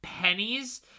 Pennies